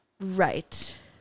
Right